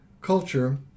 culture